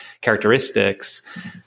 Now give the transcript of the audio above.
characteristics